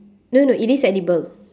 no no it is edible